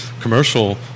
commercial